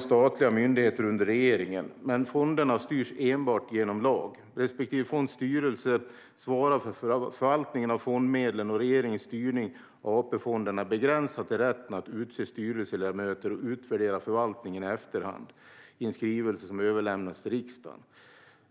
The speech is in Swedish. statliga myndigheter under regeringen, men fonderna styrs enbart genom lag. Respektive fonds styrelse svarar för förvaltningen av fondmedlen, och regeringens styrning av AP-fonderna är begränsad till rätten att utse styrelseledamöter och utvärdera förvaltningen i efterhand i en skrivelse som överlämnas till riksdagen.